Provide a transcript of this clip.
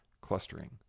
clustering